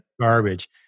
garbage